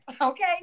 okay